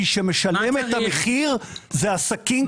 מי שמשלם את המחיר זה עסקים קטנים.